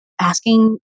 asking